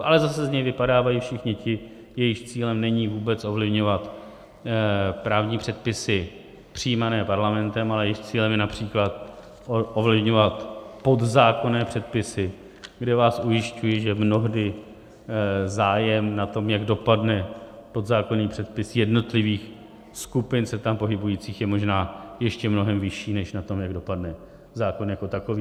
Ale zase z něj vypadávají všichni ti, jejichž cílem není vůbec ovlivňovat právní předpisy přijímané Parlamentem, ale jejichž cílem je například ovlivňovat podzákonné předpisy, kde vás ujišťuji, že mnohdy zájem na tom, jak dopadne podzákonný předpis jednotlivých skupin se tam pohybujících, je možná ještě mnohem vyšší než na tom, jak dopadne zákon jako takový.